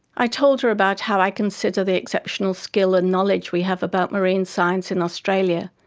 i told her about how i consider the exceptional skill and knowledge we have about marine science in australia,